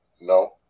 No